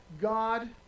God